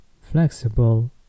flexible